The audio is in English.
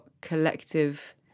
collective